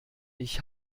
ich